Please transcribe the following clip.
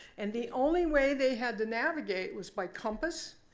and the only way they had to navigate was by compass,